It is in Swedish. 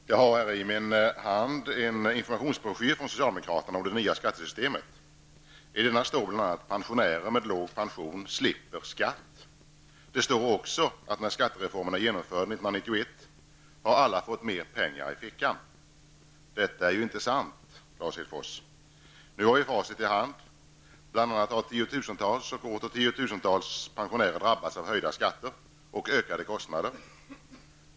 Herr talman! Jag har här i min hand en informationsbroschyr från socialdemokraterna om det nya skattesystemt. I denna står bl.a. att pensionärer med låg pension slipper skatt. Det står också att när skattereformen är genomförd 1991 har alla fått mer pengar i fickan. Detta är ju inte sant, Lars Hedfors. Nu har vi facit i hand. Bl.a. har tiotusentals och åter tiotusentals pensionärer drabbats av höjda skatter och ökade kostnader.